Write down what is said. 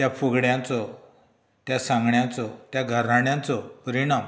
त्या फुगड्याचो त्या सांगण्याचो त्या गाराण्याचो परिणाम